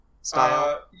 style